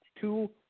Two